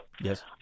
yes